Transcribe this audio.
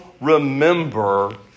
remember